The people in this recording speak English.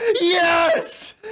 yes